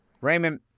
Raymond